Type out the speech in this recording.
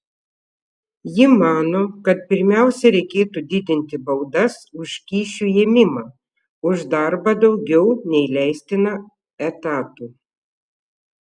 ji mano kad pirmiausia reikėtų didinti baudas už kyšių ėmimą už darbą daugiau nei leistina etatų